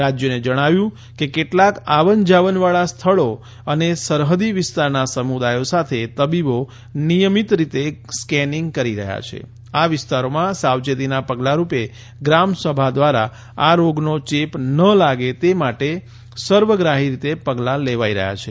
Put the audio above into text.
રાજ્યોને જણાવ્યું કે કેટલાક આવનજાવન વાળા સ્થળો અને સરહદીવિસ્તારના સમુદાયો સાથે તબીબો નિયમિત રીતે સ્કેનિંગ કરી રહ્યા છે આ વિસ્તારો સાવચેતીના પગલાંરૂપે ગ્રામસભા દ્વારા આ રોગનો ચેપ ન લાગે તે માટે સર્વગ્રાફી રીતે પગલાં લેવાઇ રહ્યા છે